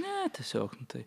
ne tiesiog nu tai